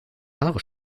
haare